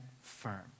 firm